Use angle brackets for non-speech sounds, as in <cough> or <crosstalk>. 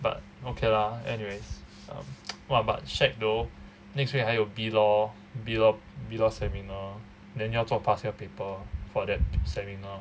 but okay lah anyways um <noise> !wah! but shag though next week 还有 B law B law seminar then 要做 past year paper for the seminar